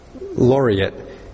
laureate